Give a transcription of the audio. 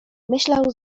myślał